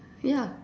ya